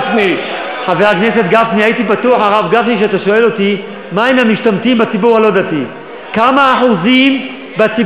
הייתי בטוח שאתה שואל אותי, למה צועקים?